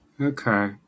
okay